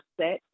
set